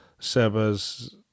Seba's